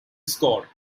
score